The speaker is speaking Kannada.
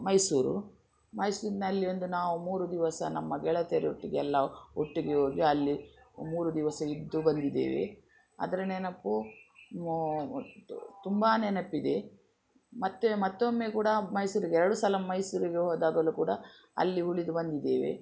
ಮೈಸೂರು ಮೈಸೂರಿನಲ್ಲಿ ಒಂದು ನಾವು ಮೂರು ದಿವಸ ನಮ್ಮ ಗೆಳತಿಯರೊಟ್ಟಿಗೆಲ್ಲ ಒಟ್ಟಿಗೆ ಹೋಗಿ ಅಲ್ಲಿ ಮೂರು ದಿವಸ ಇದ್ದು ಬಂದಿದೇವೆ ಅದರ ನೆನಪು ಮೋ ತುಂಬ ನೆನಪಿದೆ ಮತ್ತು ಮತ್ತೊಮ್ಮೆ ಕೂಡ ಮೈಸೂರಿಗೆ ಎರಡು ಸಲ ಮೈಸೂರಿಗೆ ಹೋದಾಗಲು ಕೂಡ ಅಲ್ಲಿ ಉಳಿದು ಬಂದಿದ್ದೇವೆ